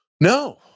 No